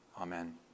Amen